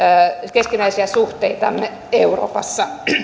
keskinäisiä suhteitamme euroopassa